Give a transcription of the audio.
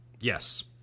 Yes